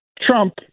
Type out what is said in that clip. Trump